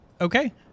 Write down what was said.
Okay